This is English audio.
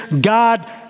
god